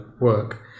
work